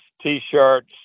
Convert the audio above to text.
t-shirts